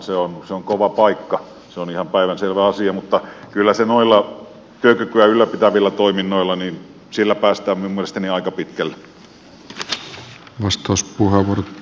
se on kova paikka se on ihan päivänselvä asia mutta kyllä noilla työkykyä ylläpitävillä toiminnoilla päästään minun mielestäni aika pitkälle